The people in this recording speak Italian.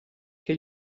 che